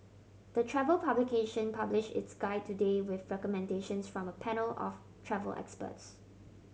the travel publication published its guide today with recommendations from a panel of travel experts